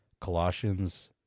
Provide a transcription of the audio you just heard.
Colossians